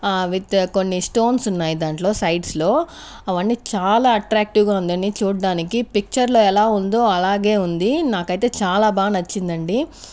ఆ విత్ కొన్ని స్టోన్స్ ఉన్నాయి దాంట్లో సైడ్స్లో అవన్నీ చాలా అట్రాక్టివ్గా ఉందండి చూడ్డానికి పిక్చర్లో ఎలా ఉందో అలాగే ఉంది నాకైతే చాలా బాగా నచ్చిందండి